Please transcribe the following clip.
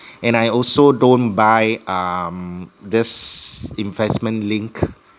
and I also don't buy um this investment linked